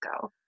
go